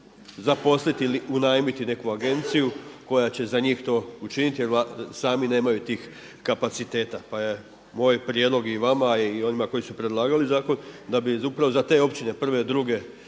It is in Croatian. zaposliti ili unajmiti neku agenciju koja će za njih to učiniti, jer sami nemaju tih kapaciteta pa je moj prijedlog i vama i onima koji su predlagali zakon da bi upravo za te općine prve, druge